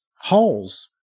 holes